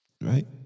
right